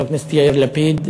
חבר הכנסת יאיר לפיד,